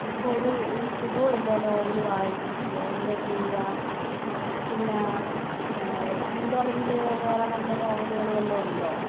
ഇപ്പം ഒരു സുഖമില്ല നോവല് വായിച്ചിട്ട് എന്താ ചെയ്യുക പിന്നെ നിൻ്റെ അറിവിൽ വേറെ നല്ല നോവലുകൾ വല്ലതും ഉണ്ടോ